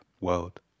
world